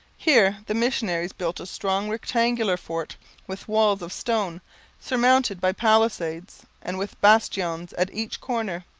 here the missionaries built a strong rectangular fort with walls of stone surmounted by palisades and with bastions at each corner.